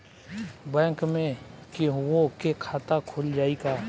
Bank में केहूओ के खाता खुल जाई का?